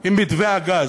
עם מתווה הגז.